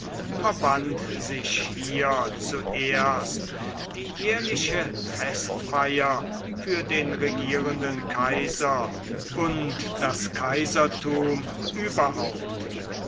verband sich hier zuerst die jährliche festfeier für den regierenden kaiser und das kaisertum überhaupt